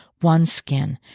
OneSkin